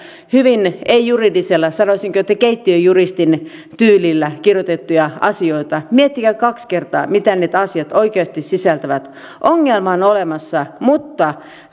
hyvin ei juridisella sanoisinko keittiöjuristin tyylillä kirjoitettu asioita miettikää kaksi kertaa mitä ne asiat oikeasti sisältävät ongelma on olemassa mutta